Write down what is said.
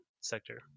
sector